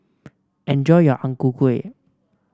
enjoy your Ang Ku Kueh